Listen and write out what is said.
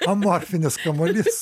amorfinis kamuolys